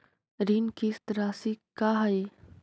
ऋण किस्त रासि का हई?